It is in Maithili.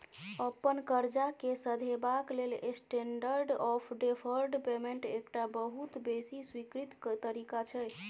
अपन करजा केँ सधेबाक लेल स्टेंडर्ड आँफ डेफर्ड पेमेंट एकटा बहुत बेसी स्वीकृत तरीका छै